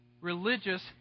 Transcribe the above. religious